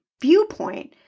viewpoint